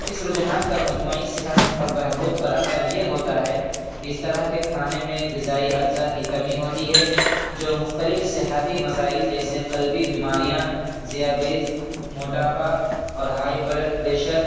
اس رجحان کا مجموعی صحت اور بہبود پر اثر یہ ہوتا ہے کہ اس طرح کے کھانے میں غذائی اجزاء کی کمی ہوتی ہے جو مختلف صحتی مسائل جیسے قلبی بیماریاں ذیابیطس موٹاپا اور ہائی بلڈ پریشر